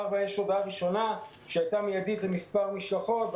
שהייתה מידית למספר משלחות.